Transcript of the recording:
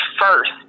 first